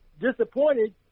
disappointed